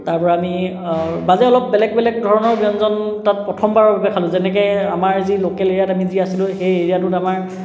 তাৰ পৰা আমি মানে অলপ বেলেগ বেলেগ ধৰণৰ ব্যঞ্জন তাত প্ৰথমবাৰৰ বাবে খালোঁ যেনেকৈ আমাৰ যি ল'কেল এৰিয়াত আমি আছিলোঁ সেই এৰিয়াটোত আমাৰ